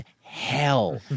hell